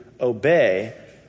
obey